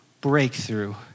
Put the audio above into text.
breakthrough